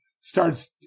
Starts